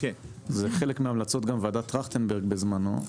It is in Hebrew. זה חלק מההמלצות של ועדת טרכטנברג בזמנו,